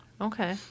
Okay